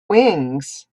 wings